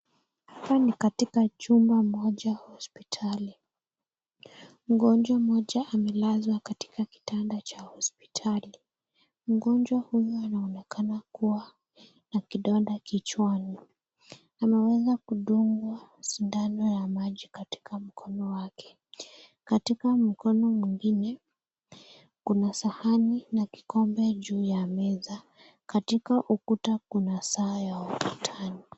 Hapa ni katika chumba moja hospitali. Mgonjwa mmoja amelazwa katika kitanda cha hospitali. Mgonjwa huyu anaonekana kuwa na kidonda kichwani. Ameweza kudungwa sindano ya maji katika mkono wake. Katika mkono mwingine, kuna sahani na kikombe juu ya meza. Katika ukuta kuna saa ya ukutani.